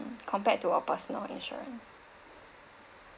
mm compared to a personal insurance